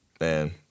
Man